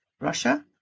Russia